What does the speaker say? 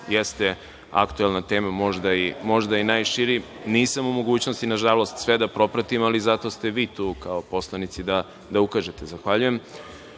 jeste aktuelna tema, možda i najširi. Nisam u mogućnosti, nažalost, sve da propratim, ali zato ste vi tu kao poslanici da ukažete. Zahvaljujem. Najpre,